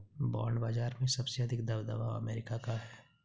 bond बाजार में सबसे अधिक दबदबा अमेरिका का है